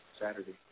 Saturday